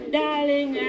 darling